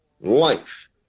life